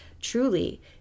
truly